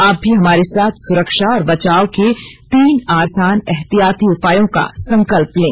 आप भी हमारे साथ सुरक्षा और बचाव के तीन आसान एहतियाती उपायों का संकल्प लें